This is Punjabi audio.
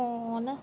ਫੋਨ